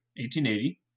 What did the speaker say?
1880